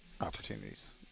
opportunities